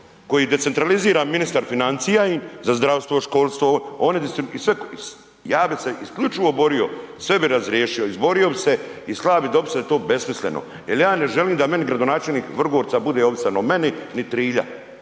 koji decentralizira ministar financija za zdravstvo, školstvo, oni distribuiraju. Ja bi se isključivo borio, sve bi razriješio, izborio bi se i slao bi dopise da je to besmisleno jer ja ne želim da je meni gradonačelnik Vrgorca bude ovisan o meni ni Trilja,